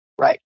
Right